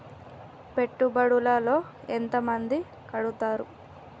పెట్టుబడుల లో ఎంత మంది కడుతరు?